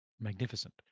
magnificent